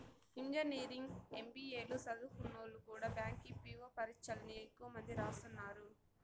engineering, MBA లు సదుంకున్నోల్లు కూడా బ్యాంకి పీ.వో పరీచ్చల్ని ఎక్కువ మంది రాస్తున్నారు